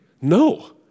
No